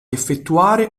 effettuare